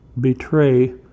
betray